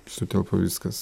sutelpa viskas